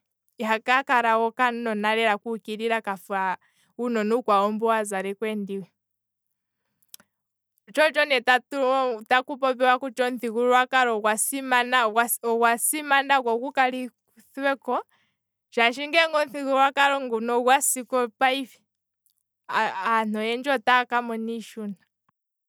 Ihaka kala we okanona kuukilila kafa uunona uukwawo mbu wazalekwa eendiwi, tsho otsho ne taku popiwa kutya omuthigululwakalo ogwa simana, go gukalithweko, shaashi ngeenge omuthigululwako nguno ogwa siko payife, aantu oyendji otaya kamona iishuna.